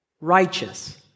Righteous